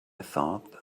thought